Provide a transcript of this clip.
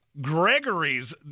Gregory's